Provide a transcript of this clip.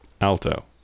alto